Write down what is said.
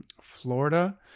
Florida